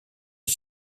est